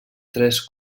tres